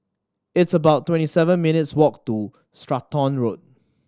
it's about twenty seven minutes' walk to Stratton Road